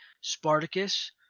Spartacus